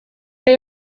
they